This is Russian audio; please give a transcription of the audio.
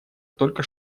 только